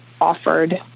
offered